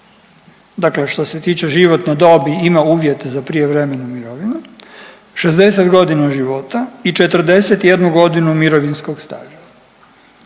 dakle što se tiče životne dobi ima uvjete za prijevremenu mirovinu, 60 godina života i 41 godinu mirovinskog staža.